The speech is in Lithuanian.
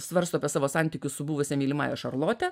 svarsto apie savo santykius su buvusia mylimąja šarlote